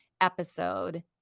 episode